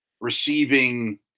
receiving